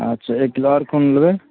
अच्छा एक किलो आर कोन लेबै